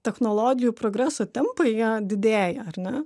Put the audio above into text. technologijų progreso tempai jie didėja ar ne